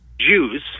Jews